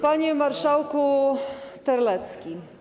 Panie Marszałku Terlecki!